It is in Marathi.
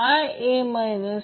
57 अँपिअर असेल